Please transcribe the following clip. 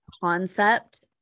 concept